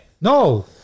No